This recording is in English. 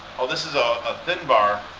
oh this is a ah thin bar.